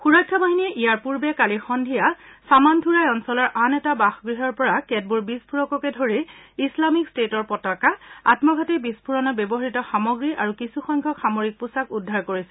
সূৰক্ষা বাহিনীয়ে ইয়াৰ পূৰ্বে কালি সদ্ধিয়া ছামানথুৰাই অঞ্চলৰ আনএটা বাসগৃহৰ পৰা কেতবোৰ বিস্ফোৰককে ধৰি ইছলামিক ট্টেটৰ পতাকা আম্মঘাতী বিস্ফোৰণত ব্যৱহাত সামগ্ৰী আৰু কিছু সংখ্যক সামৰিক পোছাক উদ্ধাৰ কৰিছিল